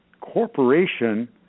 corporation